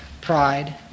pride